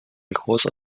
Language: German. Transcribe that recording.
großer